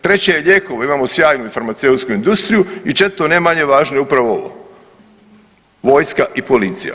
Treće, lijekove, imamo sjajnu farmaceutsku industriju i četvrto ne manje važno je upravo ovo, vojska i policija.